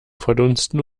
verdunsten